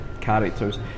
characters